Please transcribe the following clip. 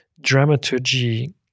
dramaturgy